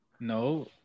No